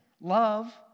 love